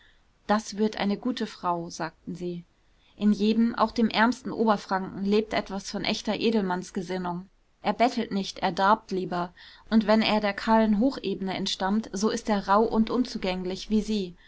das wird eine gute frau sagten sie in jedem auch dem ärmsten oberfranken lebt etwas von echter edelmannsgesinnung er bettelt nicht er darbt lieber und wenn er der kahlen hochebene entstammt so ist er rauh und unzugänglich wie sie